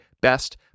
Best